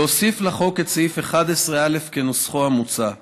להוסיף לחוק את סעיף 11א כנוסחו המוצע,